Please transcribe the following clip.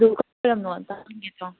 ꯑꯗꯨ ꯀꯅꯥꯅꯣ ꯑꯝꯇ ꯍꯪꯒꯦ ꯇꯧꯅꯦ